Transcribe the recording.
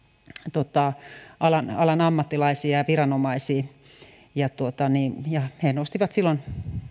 alan ammattilaisiin ja viranomaisiin he nostivat silloin